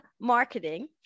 marketing